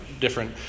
different